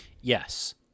Yes